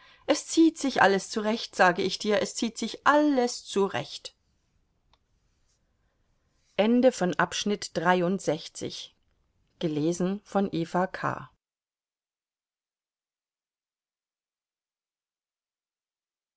es zieht sich alles zurecht sage ich dir es zieht sich alles zurecht